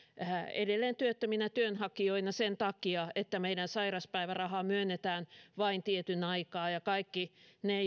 edelleen työttöminä työnhakijoina sen takia että meidän sairauspäiväraha myönnetään vain tietyn aikaa kaikki ne